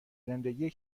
زندگی